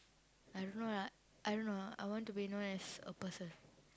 I don't know lah I don't know I want to be known as a person